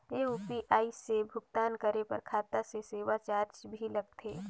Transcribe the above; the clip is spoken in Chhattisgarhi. ये यू.पी.आई से भुगतान करे पर खाता से सेवा चार्ज भी लगथे?